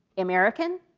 american?